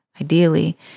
ideally